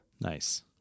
Nice